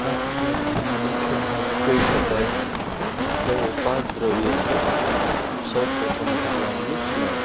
આ પૂજાવિધિનું મુખ્ય ભાગ કહી શકાય તેઓ પાંચ દ્રવ્યો છે સૌપ્રથમ ભગવાનનું સ્નાન